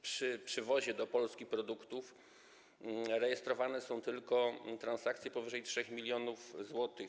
Przy przywozie do Polski produktów rejestrowane są tylko transakcje powyżej 3 mln zł.